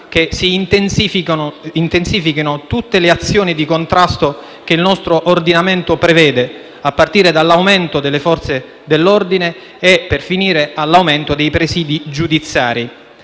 che si intensifichino tutte le azioni di contrasto che il nostro ordinamento prevede, a partire dall'aumento delle Forze dell'ordine, per finire all'aumento dei presidi giudiziari.